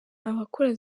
abakora